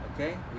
Okay